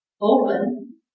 open